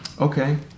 Okay